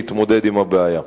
להתמודד עם הבעיה.